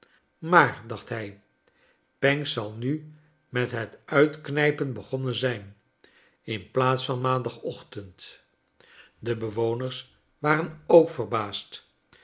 niaaiy dacht hij pancks zal nu met het uitknijpen begonnen zijn in plaats van maandag ochtend de bewoners waren ook verbaasd